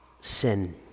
sin